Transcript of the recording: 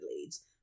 leads